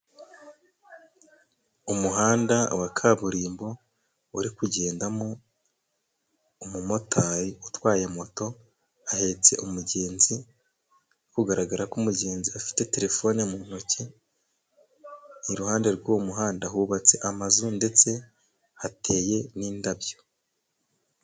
Umuhanda wa kaburimbo uri kugendamo umumotari utwaye moto, ahetse umugenzi biri kugaragara ko umugenzi afite telefone mu ntoki, iruhande rw'uwo muhanda hubatse amazu ndetse hateye n'indabyo.